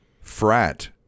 frat